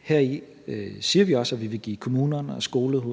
Heri siger vi også, at vi vil give kommunerne og